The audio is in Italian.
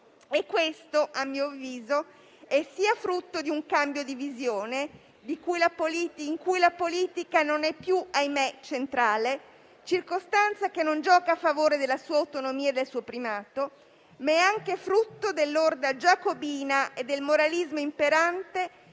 Questo, a mio avviso, è certamente frutto di un cambio di visione in cui la politica, ahimè, non è più centrale - circostanza che non gioca a favore della sua autonomia e del suo primato - ma è anche frutto dell'orda giacobina e del moralismo imperante